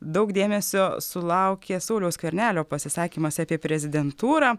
daug dėmesio sulaukė sauliaus skvernelio pasisakymas apie prezidentūrą